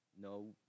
No